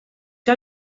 que